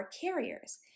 carriers